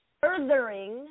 furthering